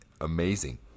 amazing